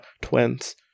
twins